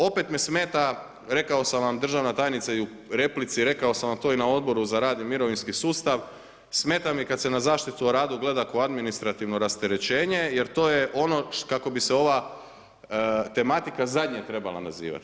Opet me smeta rekao sam vam državna tajnice i u replici, rekao sam vam to i na Odboru za rad i mirovinski sustav, smeta mi kada se na zaštitu na radu gleda kao na administrativno rasterećenje jer to je ono kako bi se ova tematika zadnje trebala nazivati.